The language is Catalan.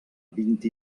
vint